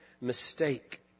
mistake